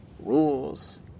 Rules